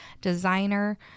designer